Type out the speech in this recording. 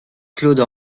claude